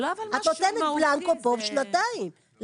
את נותנת בלנקו פה לשנתיים.